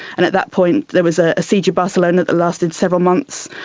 and at that point there was a siege at barcelona that lasted several months,